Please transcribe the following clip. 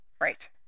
Right